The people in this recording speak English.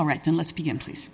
all right then let's begin please